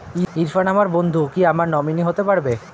ইরফান আমার বন্ধু ও কি আমার নমিনি হতে পারবে?